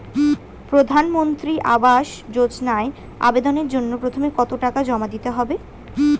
প্রধানমন্ত্রী আবাস যোজনায় আবেদনের জন্য প্রথমে কত টাকা জমা দিতে হবে?